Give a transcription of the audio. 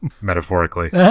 metaphorically